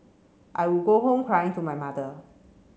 I would go home crying to my mother